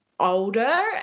older